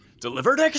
Delivered